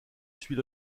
suit